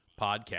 PODCAST